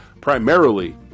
primarily